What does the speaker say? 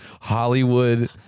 Hollywood